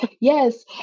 Yes